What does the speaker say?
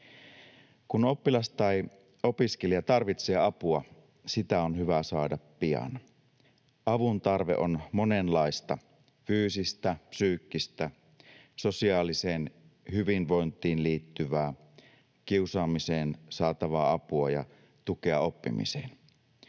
Kun oppilas tai opiskelija tarvitsee apua, sitä on hyvä saada pian. Avun tarve on monenlaista: fyysistä, psyykkistä, sosiaaliseen hyvinvointiin liittyvää, kiusaamiseen saatavaa apua ja tukea oppimiseen.